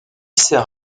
sert